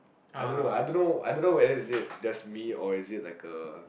I don't know I don't know whether it's just me or is it like a